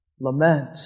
Lament